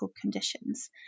conditions